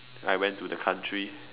I went to the country